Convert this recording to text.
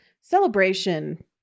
celebration